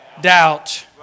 doubt